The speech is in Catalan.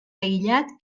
aïllat